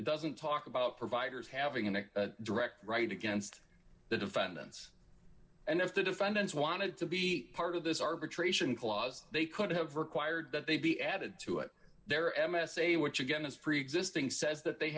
it doesn't talk about providers having a direct right against the defendants and if the defendants wanted to be part of this arbitration clause they could have required that they be added to it their m s a which again is preexisting says that they